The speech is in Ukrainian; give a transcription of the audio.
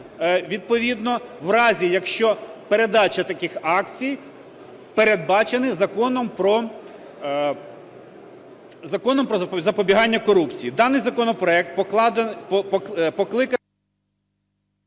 відповідно в разі, якщо передача таких акцій передбачена Законом "Про запобігання корупції". Даний законопроект покликаний…